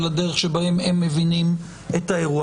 ולדרך שבהם הם מבינים את האירוע.